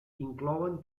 inclouen